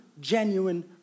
genuine